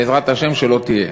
בעזרת השם שלא תהיה.